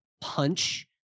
punch